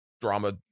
drama